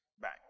Back